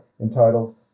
entitled